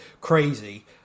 crazy